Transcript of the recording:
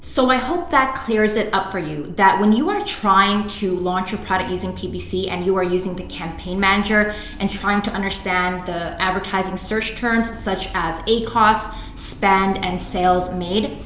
so i hope that clears it up for you that when you are trying to launch your product using ppc and you are using campaign manager and trying to understand the advertising search terms such as acos, spend, and sales made,